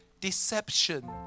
deception